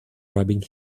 rubbing